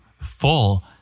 full